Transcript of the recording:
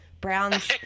Browns